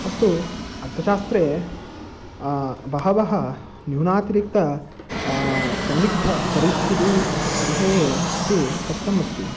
अस्तु अर्थशास्त्रे बहवः न्यूनातिरिक्त सन्दिग्धपरिस्थितिः विषये अपि कथितमस्ति